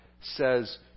says